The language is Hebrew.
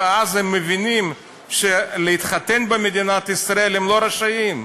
ואז הם מבינים שלהתחתן במדינת ישראל הם לא רשאים,